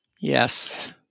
Yes